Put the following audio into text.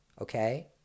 Okay